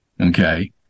okay